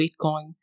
Bitcoin